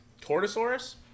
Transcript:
Tortosaurus